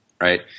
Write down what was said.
right